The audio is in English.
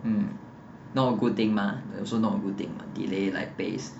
mm not a good thing mah also not a good thing mah delay like days